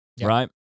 right